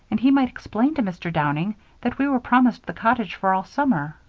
and he might explain to mr. downing that we were promised the cottage for all summer.